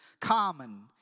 common